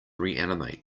reanimate